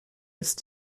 ist